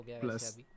Plus